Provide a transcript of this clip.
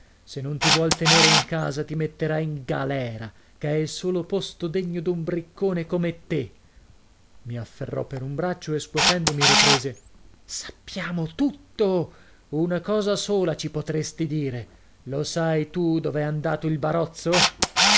se non ti vuol tenere in casa ti metterà in galera che è il solo posto degno d'un briccone come te i afferrò per un braccio e scuotendomi riprese sappiamo tutto una cosa sola ci potresti dire lo sai tu dov'è andato il barozzo